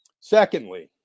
Secondly